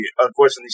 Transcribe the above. unfortunately